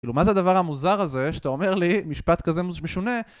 כאילו מה זה הדבר המוזר הזה, שאתה אומר לי משפט כזה משונה...?